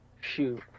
Shoot